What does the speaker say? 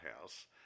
house